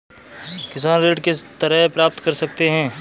किसान ऋण किस तरह प्राप्त कर सकते हैं?